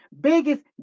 biggest